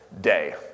day